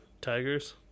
tigers